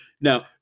now